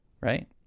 right